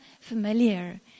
familiar